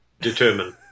determine